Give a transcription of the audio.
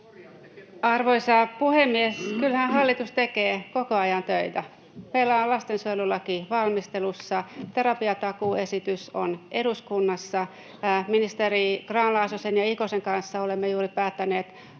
Arvoisa puhemies! Kyllähän hallitus tekee koko ajan töitä. Meillä on lastensuojelulaki valmistelussa, terapiatakuuesitys on eduskunnassa. Ministerien Grahn-Laasonen ja Ikonen kanssa olemme juuri päättäneet